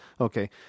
Okay